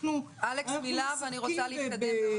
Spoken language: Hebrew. אלכס, מילה, ואני רוצה להתקדם.